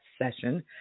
session